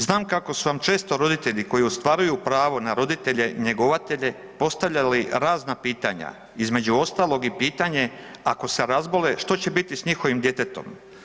Znam kako su vam često roditelji koji ostvaruju pravo na roditelje njegovatelje postavljali razna pitanja, između ostalog, i pitanje ako se razbole, što će biti s njihovim djetetom.